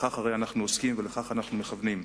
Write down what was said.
בכך הרי אנחנו עוסקים ולכך אנחנו מכוונים.